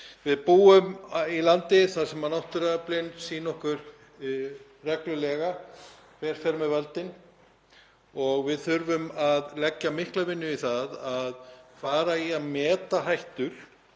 Við búum í landi þar sem náttúruöflin sýna okkur reglulega hver fer með völdin og við þurfum að leggja mikla vinnu í það að fara að meta hættur